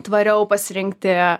tvariau pasirinkti